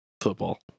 Football